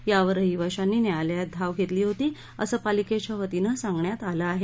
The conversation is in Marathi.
यावर रहिवाशांनी न्यायालयात धाव घेतली होती असं पालिकेच्या वतीनं सांगण्यात आलं आहे